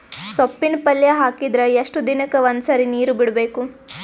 ಸೊಪ್ಪಿನ ಪಲ್ಯ ಹಾಕಿದರ ಎಷ್ಟು ದಿನಕ್ಕ ಒಂದ್ಸರಿ ನೀರು ಬಿಡಬೇಕು?